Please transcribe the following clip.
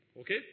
Okay